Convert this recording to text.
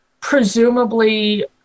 presumably